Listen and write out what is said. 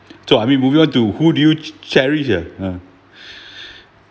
so I mean moving on to who do you che~ cherish ah uh